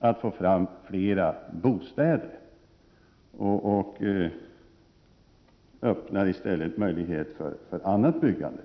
framtagandet av fler bostäder genom att i stället ge möjligheter till annat byggande.